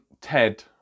TED